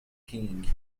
king